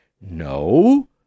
No